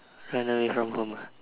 run away from home ah